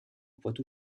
poitou